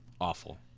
Awful